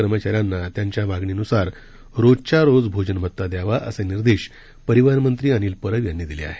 कर्मचाऱ्यांना त्यांच्या मागणीनुसार रोजच्या रोज भोजनभत्ता द्यावा असे निर्देश परिवहन मंत्री अनिल परब यांनी दिले आहेत